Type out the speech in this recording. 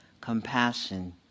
compassion